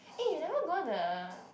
eh you never go the